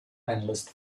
analyst